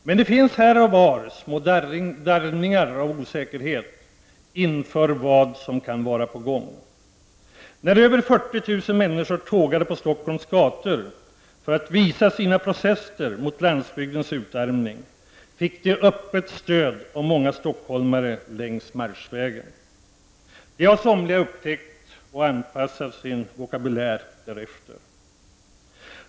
Men det finns här och var små darrningar av osäkerhet inför vad som kan vara på gång. Då över 40 000 människor tågade på Stockholms gator för att uttrycka sina protester mot landsbygdens utarmning fick de öppet stöd av många stockholmare längs mar schvägen. Detta har somliga upptäckt, och man har även anpassat sin vokabulär därefter.